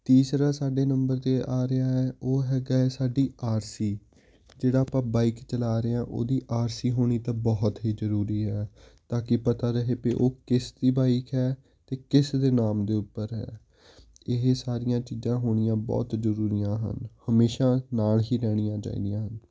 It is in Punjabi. ਤੀਸਰਾ ਸਾਡੇ ਨੰਬਰ 'ਤੇ ਆ ਰਿਹਾ ਹੈ ਉਹ ਹੈਗਾ ਹੈ ਸਾਡੀ ਆਰ ਸੀ ਜਿਹੜਾ ਆਪਾਂ ਬਾਈਕ ਚਲਾ ਰਹੇ ਹਾਂ ਉਹਦੀ ਆਰ ਸੀ ਹੋਣੀ ਤਾਂ ਬਹੁਤ ਹੀ ਜ਼ਰੂਰੀ ਹੈ ਤਾਂ ਕਿ ਬਾਕੀ ਪਤਾ ਰਹੇ ਪੇ ਉਹ ਕਿਸ ਦੀ ਬਾਈਕ ਹੈ ਅਤੇ ਕਿਸਦੇ ਨਾਮ ਦੇ ਉੱਪਰ ਹੈ ਇਹ ਸਾਰੀਆਂ ਚੀਜ਼ਾਂ ਹੋਣੀਆਂ ਬਹੁਤ ਜ਼ਰੂਰੀਆਂ ਹਨ ਹਮੇਸ਼ਾ ਨਾਲ ਹੀ ਰਹਿਣੀਆਂ ਚਾਹੀਦੀਆਂ ਹਨ